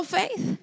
faith